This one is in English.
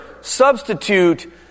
substitute